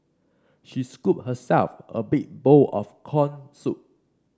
she scooped herself a big bowl of corn soup